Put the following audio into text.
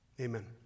Amen